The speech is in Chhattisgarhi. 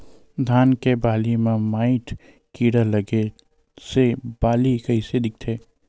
धान के बालि म माईट कीड़ा लगे से बालि कइसे दिखथे?